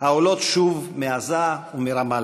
העולות שוב מעזה ומרמאללה.